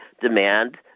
demand